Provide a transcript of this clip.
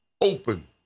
open